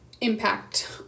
impact